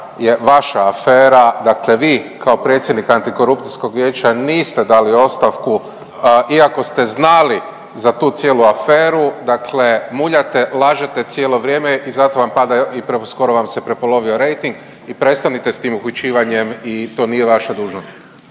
vaša afera, dakle vi kao predsjednik Antikorupcijskog vijeća niste dali ostavku iako ste znali za tu cijelu aferu, dakle muljate, lažete cijelo vrijeme i zato vam pada i skoro vam se prepolovio rejting i prestanite s tim uhićivanjem i to nije vaša dužnost.